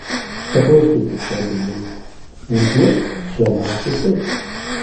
paklausykit prabilo jis užuot čia laukusios